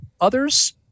others